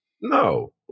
No